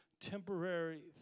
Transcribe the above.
temporary